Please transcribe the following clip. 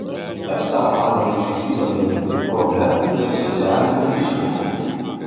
esą panevėžiui kyla nemenkų problemų dėl socialinių išmokų